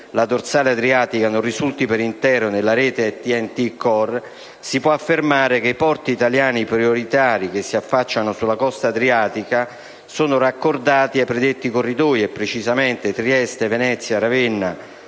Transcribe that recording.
la dorsale adriatica non risulti per intero nella rete TEN-T *core*, si può affermare che i porti italiani prioritari che si affacciano sulla costa adriatica sono raccordati ai predetti corridoi, e precisamente Trieste-Venezia-Ravenna,